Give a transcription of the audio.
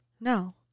No